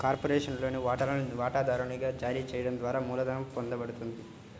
కార్పొరేషన్లోని వాటాలను వాటాదారునికి జారీ చేయడం ద్వారా మూలధనం పొందబడుతుంది